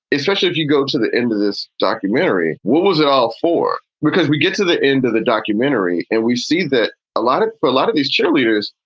especially if you go to the end of this documentary, what was it all for? because we get to the end of the documentary and we see that a lot of for a lot of these cheerleaders,